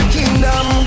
Kingdom